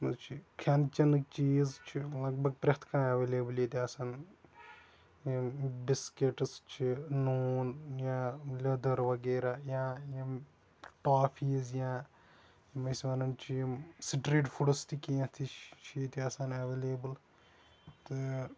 یَتھ منٛز چھُ کھٮ۪ن چٮ۪نٕکۍ چیٖز چھِ لَبَگ پرٛٮ۪تھ کانٛہہ ایویلیبٕل ییٚتہِ آسان یِم بِسکِیٖٹٕز چھِ نوٗن یا لیدٕر وَغیرہ یا یِم ٹافیٖز یا یِم أسۍ وَنان چھِ یِم سٹریٖٹ فُڈِس تہ کینٛہہ چھِ ییٚتہِ آسان ایویلیبٕل تہٕ